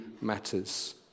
matters